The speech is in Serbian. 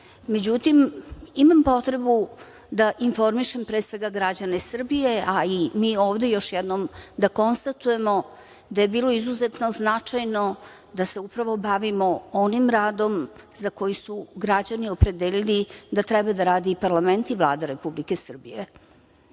javim.Međutim, imam potrebu da informišem pre svega građane Srbije, a i mi ovde još jednom da konstatujemo da je bilo izuzetno značajno da se upravo bavimo onim radom za koji su građani opredeli, da treba da radi parlament i Vlada Republike Srbije. To